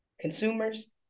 consumers